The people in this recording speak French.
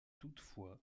toutefois